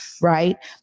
right